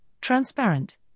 transparent